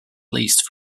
least